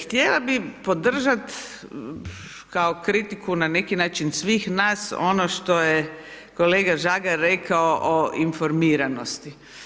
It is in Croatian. Htjela bi podržati kao kritiku na neki način svih nas ono što je kolega Žagar rekao i informiranosti.